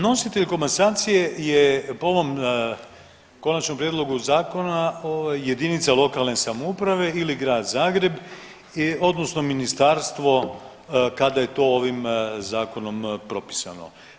Nositelj komasacije je po ovom konačnom prijedlogu zakona jedinica lokalne samouprave ili Grad Zagreb odnosno ministarstvo kada je to ovim zakonom propisano.